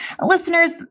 Listeners